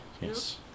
Yes